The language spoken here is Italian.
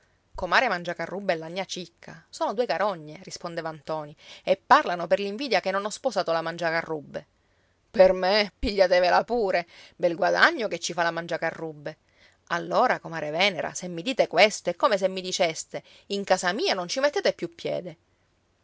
comare mangiacarrubbe e la gnà cicca sono due carogne rispondeva ntoni e parlano per l'invidia che non ho sposato la mangiacarrubbe per me pigliatevela pure bel guadagno che ci fa la mangiacarrubbe allora comare venera se mi dite questo è come se mi diceste in casa mia non ci mettete più piede